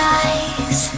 eyes